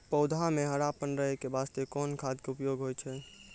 पौधा म हरापन रहै के बास्ते कोन खाद के उपयोग होय छै?